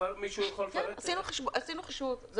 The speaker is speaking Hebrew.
עשינו חישוב.